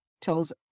tells